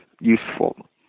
useful